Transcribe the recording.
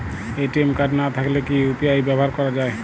ATM card না থাকলে কি ইউ.পি.আই ব্যবহার করা য়ায়?